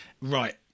right